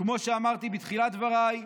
וכמו שאמרתי בתחילת דבריי,